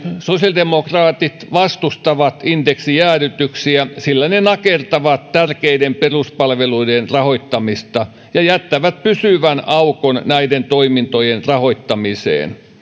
sosiaalidemokraatit vastustavat indeksijäädytyksiä sillä ne nakertavat tärkeiden peruspalveluiden rahoittamista ja jättävät pysyvän aukon näiden toimintojen rahoittamiseen